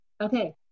Okay